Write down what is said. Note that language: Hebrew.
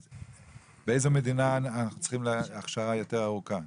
באיזו מדינה אנחנו צריכים הכשרה יותר ארוכה?